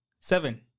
seven